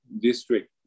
district